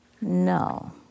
No